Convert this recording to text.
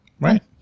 Right